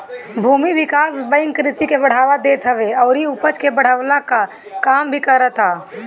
भूमि विकास बैंक कृषि के बढ़ावा देत हवे अउरी उपज के बढ़वला कअ काम भी करत हअ